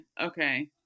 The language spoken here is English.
Okay